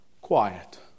quiet